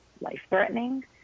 life-threatening